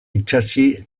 itsatsi